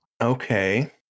Okay